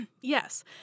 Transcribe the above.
Yes